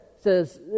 says